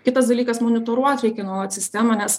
kitas dalykas monitoruot reikia sistemą nes